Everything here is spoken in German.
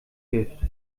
gift